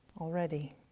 already